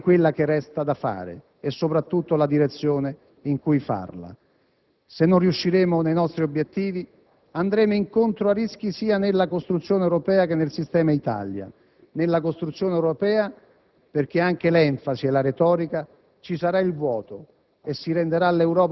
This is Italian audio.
possa servire a ribadire non solo la molta strada percorsa, ma anche quella che resta da fare e, soprattutto, la direzione in cui farla. Se non riusciremo nei nostri obiettivi, andremo incontro a rischi sia nella costruzione europea che nel sistema Italia: nella costruzione europea